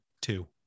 two